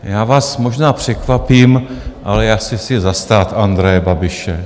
Já vás možná překvapím, ale chci se zastat Andreje Babiše.